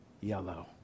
yellow